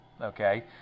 okay